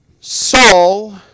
Saul